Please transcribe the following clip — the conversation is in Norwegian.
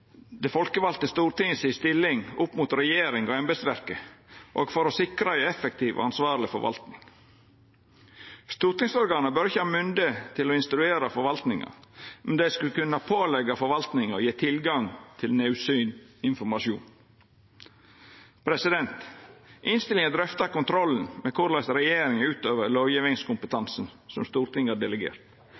Stortinget si stilling opp mot regjeringa og embetsverket, og for å sikra ei effektiv og ansvarleg forvaltning. Stortingsorgana bør ikkje ha mynde til å instruera forvaltninga, men dei skal kunna påleggja forvaltninga å gje tilgang til naudsynt informasjon. Innstillinga drøftar kontrollen med korleis regjeringa utøver lovgjevingskompetansen som Stortinget har delegert.